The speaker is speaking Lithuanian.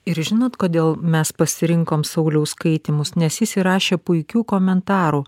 ir žinot kodėl mes pasirinkom sauliaus skaitymus nes jis įrašė puikių komentarų